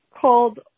called